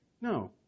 No